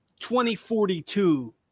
2042